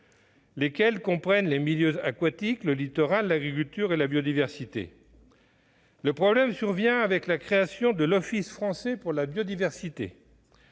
lesquels comprennent les milieux aquatiques, le littoral, l'agriculture et la biodiversité ... Le problème est survenu avec la création de l'Office français de la biodiversité